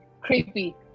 creepy